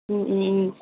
ம் ம் ம்